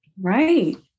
right